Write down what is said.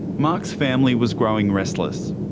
mark's family was growing restless.